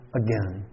again